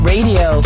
Radio